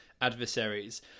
adversaries